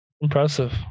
impressive